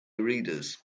readers